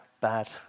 bad